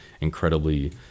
incredibly